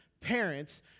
parents